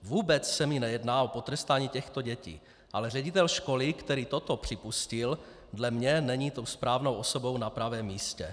Vůbec se mi nejedná o potrestání těchto dětí, ale ředitel školy, který toto připustil, dle mě není tou správnou osobou na pravém místě.